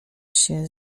się